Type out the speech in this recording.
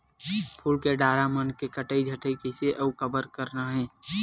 फूल के डारा मन के कटई छटई कइसे अउ कब करना हे?